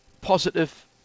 positive